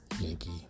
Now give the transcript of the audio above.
Yankee